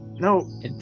No